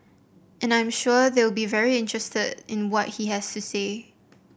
and I'm sure they will be very interested in what he has to say